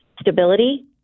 stability